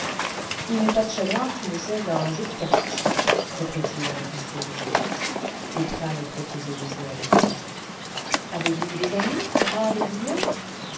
il n'est pas de chagrin qui ne cède à un jeu de cartes reprit-il avec un sourire et prêt à me proposer de jouer avec lui avez-vous eu des amis brave et digne